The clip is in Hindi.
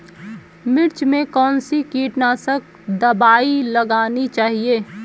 मिर्च में कौन सी कीटनाशक दबाई लगानी चाहिए?